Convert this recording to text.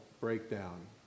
breakdown